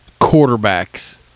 quarterbacks